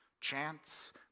chance